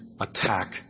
attack